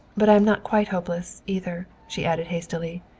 but i am not quite hopeless, either, she added hastily.